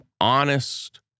honest